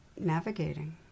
navigating